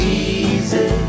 easy